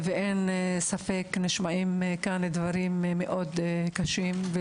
אין ספק שנשמעים כאן דברים מאוד קשים.